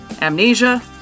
Amnesia